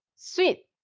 sweet!